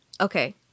Okay